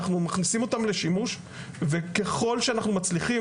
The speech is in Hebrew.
אנחנו מכניסים אותם לשימוש וככל שאנחנו מצליחים